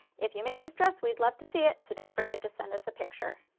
if you make this dress, we'd love to see it, so don't forget to send us a picture.